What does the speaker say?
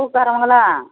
பூக்காரவங்களா